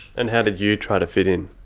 and how did you try to fit in?